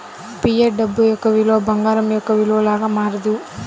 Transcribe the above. fiat డబ్బు యొక్క విలువ బంగారం యొక్క విలువ లాగా మారదు